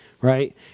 Right